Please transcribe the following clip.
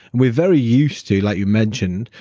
we're very used to, like you mentioned,